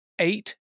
eight